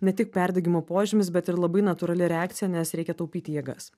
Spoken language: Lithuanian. ne tik perdegimo požymis bet ir labai natūrali reakcija nes reikia taupyti jėgas